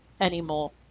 anymore